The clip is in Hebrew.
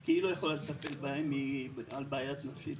כי היא לא יכולה לטפל בהם, היא גם על בעיה נפשית.